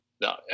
No